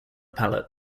pallet